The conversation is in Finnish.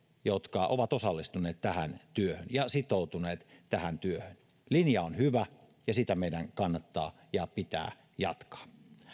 jotka ovat osallistuneet tähän työhön ja sitoutuneet tähän työhön linja on hyvä ja sitä meidän kannattaa ja pitää jatkaa